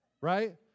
Right